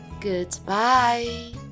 goodbye